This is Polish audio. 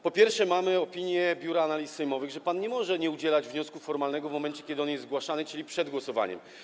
Po pierwsze, mamy opinię Biura Analiz Sejmowych, że pan nie może nie przyjmować wniosku formalnego w momencie, kiedy on jest zgłaszany, czyli przed głosowaniem.